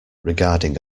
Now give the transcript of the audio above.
regarding